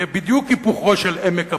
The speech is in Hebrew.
יהיה בדיוק היפוכו של עמק הבכא,